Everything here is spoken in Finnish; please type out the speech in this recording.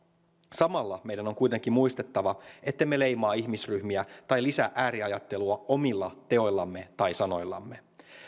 samalla meidän on kuitenkin muistettava ettemme leimaa ihmisryhmiä tai lisää ääriajattelua omilla teoillamme tai sanoillamme